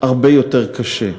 הרבה יותר קשה.